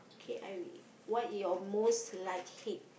okay I read what is your most like heat